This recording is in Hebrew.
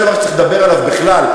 זה דבר שצריך לדבר עליו בכלל,